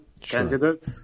candidate